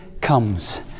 comes